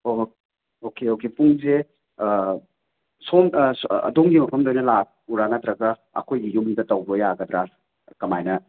ꯍꯣꯍꯣꯏ okay okay ꯄꯨꯡꯁꯦ ꯁꯣꯝ ꯑꯗꯣꯝꯒꯤ ꯃꯐꯝꯗꯅ ꯂꯥꯛꯎꯔꯥ ꯅꯠꯇ꯭ꯔꯒ ꯑꯩꯈꯣꯏꯒꯤ ꯌꯨꯝꯗ ꯇꯧꯕ ꯌꯥꯒꯗ꯭ꯔꯥ ꯀꯃꯥꯏꯅ